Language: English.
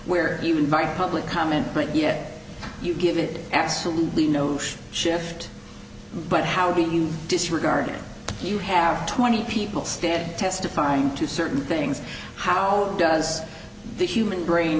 where you invite public comment but yet you give it absolutely no shift but how do you disregard it you have twenty people stand testifying to certain things how does the human brain